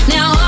Now